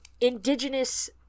indigenous